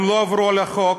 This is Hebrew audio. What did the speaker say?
לא עברו על החוק,